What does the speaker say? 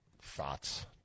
Thoughts